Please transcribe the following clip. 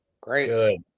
Great